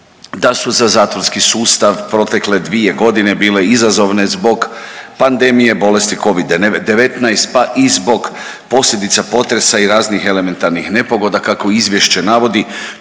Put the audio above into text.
da su za zatvorski sustav protekle dvije godine bile izazovne zbog pandemije bolesti Covid-19 pa i zbog posljedica potresa i raznih elementarnih nepogoda kako izvješće navodi